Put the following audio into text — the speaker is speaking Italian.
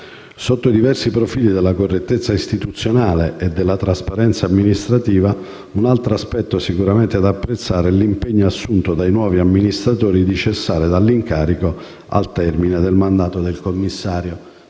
Sotto i diversi profili della correttezza istituzionale e della trasparenza amministrativa, un altro aspetto sicuramente da apprezzare è l'impegno assunto dai nuovi amministratori di cessare dall'incarico al termine del mandato del commissario,